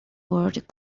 word